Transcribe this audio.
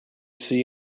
see